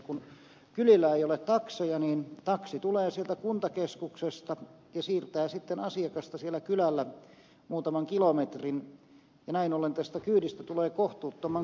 kun kylillä ei ole takseja niin taksi tulee sieltä kuntakeskuksesta ja siirtää sitten asiakasta siellä kylällä muutaman kilometrin ja näin ollen tästä kyydistä tulee kohtuuttoman kallis